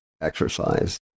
exercise